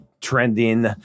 trending